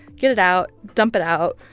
get it out. dump it out.